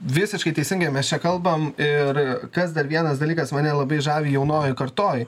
visiškai teisingai mes čia kalbam ir kas dar vienas dalykas mane labai žavi jaunojoj kartoj